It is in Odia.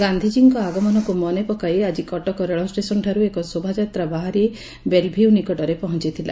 ଗାଧିଜୀଙ୍କ ଆଗମନକୁ ମନେ ପକାଇ ଆକି କଟକ ରେଳଷେସନଠାରୁ ଏକ ଶୋଭାଯାତ୍ରା ବାହାରି ବେଲ୍ଭ୍ୟୁ ନିକଟରେ ପହଞ୍ଥଥିଲା